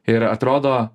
ir atrodo